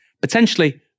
potentially